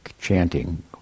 chanting